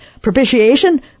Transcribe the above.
propitiation